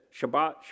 Shabbat